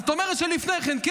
זאת אומרת שלפני כן,